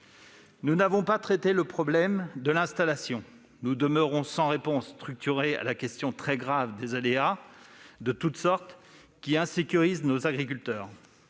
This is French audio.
Nous n'avons pas traité le problème de l'installation. Nous demeurons sans réponse structurée à la question très grave des aléas de toutes sortes qui insécurisent nos agriculteurs.